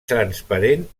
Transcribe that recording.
transparent